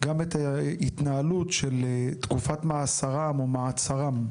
גם את ההתנהלות של תקופת מאסרם, או מעצרם.